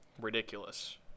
ridiculous